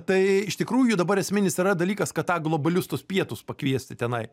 tai iš tikrųjų dabar esminis yra dalykas kad tą globalius tuos pietus pakviesti tenai